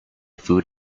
food